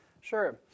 Sure